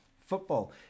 football